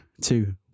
two